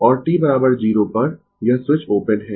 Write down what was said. Refer Slide Time 0057 और t 0 पर यह स्विच ओपन है